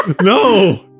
No